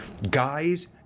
Guys